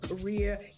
career